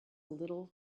little